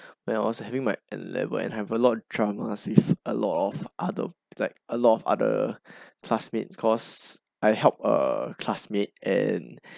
when I was having my N level and have a lot of dramas with a lot of other like a lot other classmates cause I helped a classmate and